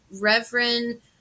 Reverend